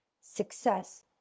success